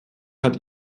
hat